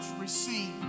receive